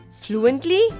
fluently